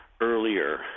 earlier